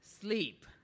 Sleep